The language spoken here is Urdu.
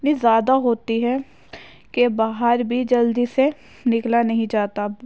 اتنی زیادہ ہوتی ہے کہ باہر بھی جلدی سے نکلا نہیں جاتا